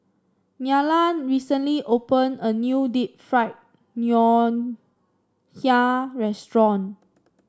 Nylah recently opened a new Deep Fried Ngoh Hiang Restaurant